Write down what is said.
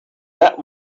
that